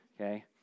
okay